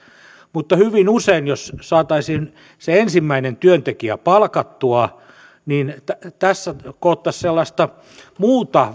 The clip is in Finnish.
mutta hyvin usein jos saataisiin se ensimmäinen työntekijä palkattua tässä koottaisiin sellaista muuta